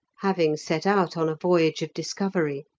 having set out on a voyage of discovery,